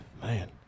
Man